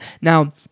Now